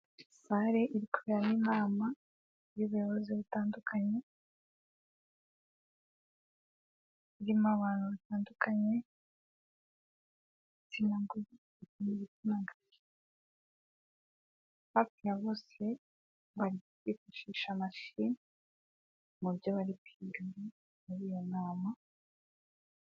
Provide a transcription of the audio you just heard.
Sare iri kuberamo inama y'ubuyobozi butandukanye, irimo abantu batandukanye b'igitsina gore. Hafi ya bose bari kwifashisha mashini mu byo bari gukorera muri iyo nama.